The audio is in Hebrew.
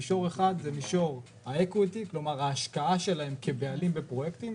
מישור אחד זה מישור ההשקעה שלהם כבעלים בפרויקטים,